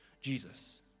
Jesus